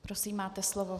Prosím, máte slovo.